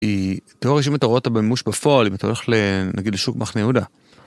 אם אתה רואה אותה במימוש בפועל אם אתה הולך ל...נגיד לשוק מחנה יהודה.